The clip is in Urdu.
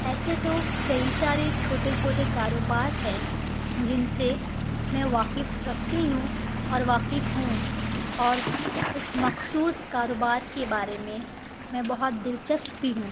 ایسے تو کئی سارے چھوٹے چھوٹے کاروبار ہیں جن سے میں واقف رکھتی ہوں اور واقف ہوں اور اس مخصوص کاروبار کے بارے میں میں بہت دلچسپ بھی ہوں